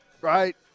right